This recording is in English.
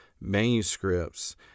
manuscripts